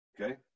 Okay